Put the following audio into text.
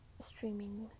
streaming